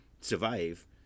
survive